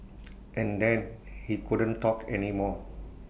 and then he couldn't talk anymore